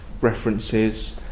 references